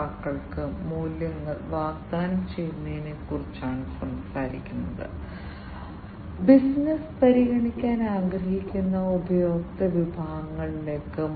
അവ വിശ്വസനീയമായിരിക്കണം കാരണം അവ ദീർഘകാലത്തേക്ക് പ്രവർത്തിക്കേണ്ടതുണ്ടെന്ന് മാത്രമല്ല ആശ്രയിക്കാൻ കഴിയുന്ന ഡാറ്റ എറിയുകയും വേണം അവ കൃത്യവും വിശ്വസനീയവുമായിരിക്കണം